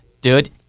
dude